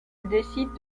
décide